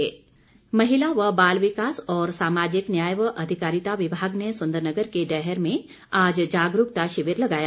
शिविर महिला व बाल विकास और सामाजिक न्याय व अधिकारिता विभाग ने सुंदरनगर के डैहर में आज जागरूकता शिविर लगाया